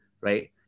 right